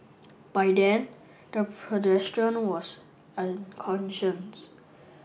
by then the pedestrian was unconscious